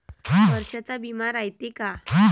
वर्षाचा बिमा रायते का?